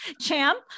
champ